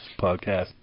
podcast